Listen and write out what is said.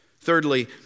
Thirdly